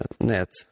net